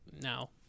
now